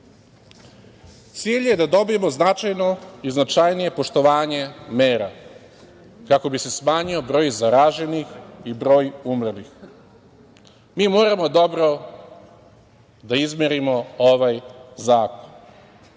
Cilj je da dobijemo značajnije poštovanje mera, kako bi se smanjio broj zaraženih i broj umrlih. Mi moramo dobro da izmerimo ovaj zakon,